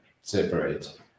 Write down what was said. separate